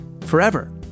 forever